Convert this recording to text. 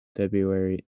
february